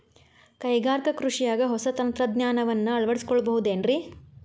ಕೈಗಾರಿಕಾ ಕೃಷಿಯಾಗ ಹೊಸ ತಂತ್ರಜ್ಞಾನವನ್ನ ಅಳವಡಿಸಿಕೊಳ್ಳಬಹುದೇನ್ರೇ?